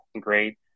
great